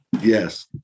Yes